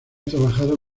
trabajado